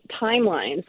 timelines